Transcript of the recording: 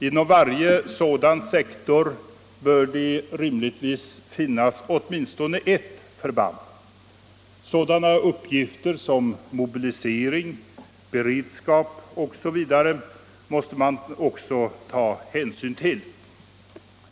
Inom varje sådan sektor bör det rimligtvis finnas åtminstone ett förband. Sådana uppgifter som mobilisering, beredskap, osv. måste man också ta hänsyn till.